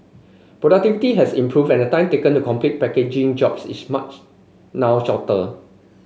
productivity has improved and the time taken to complete packaging jobs is now shorter